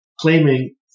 claiming